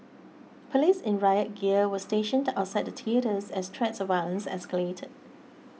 police in riot gear were stationed outside theatres as threats of violence escalated